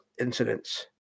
incidents